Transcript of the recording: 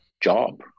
job